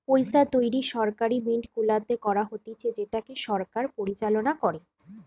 পইসা তৈরী সরকারি মিন্ট গুলাতে করা হতিছে যেটাকে সরকার পরিচালনা করে